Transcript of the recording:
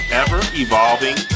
ever-evolving